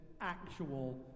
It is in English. actual